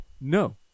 No